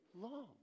long